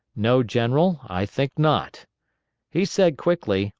no, general, i think not he said quickly,